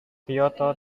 kyoto